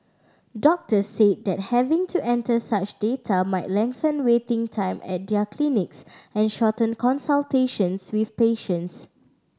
doctors said that having to enter such data might lengthen waiting time at their clinics and shorten consultations with patients